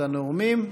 את הנאומים,